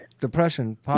Depression